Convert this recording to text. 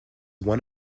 one